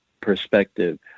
perspective